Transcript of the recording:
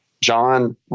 John